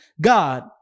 God